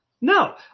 No